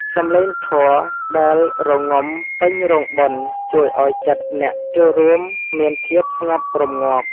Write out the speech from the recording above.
សំឡេងធម៌ដែលរងំពេញរោងបុណ្យ ជួយឱ្យចិត្តអ្នកចូលរួមមានភាពស្ងប់រម្ងាប់។